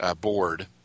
board